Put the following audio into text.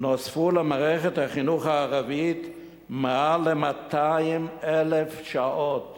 נוספו למערכת החינוך הערבית מעל ל-200,000 שעות